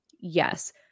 Yes